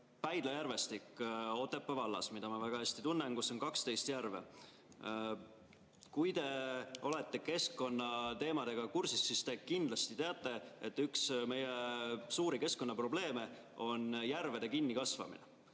Päidla järvestik Otepää vallas, mida ma väga hästi tunnen, kus on 12 järve. Kui te olete keskkonnateemadega kursis, siis te kindlasti teate, et üks meie suuri keskkonnaprobleeme on järvede kinnikasvamine.